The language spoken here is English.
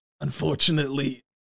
Unfortunately